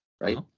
right